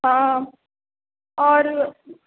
ہاں اور